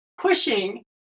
pushing